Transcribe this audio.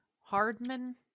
Hardman